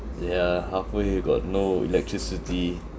ya halfway got no electricity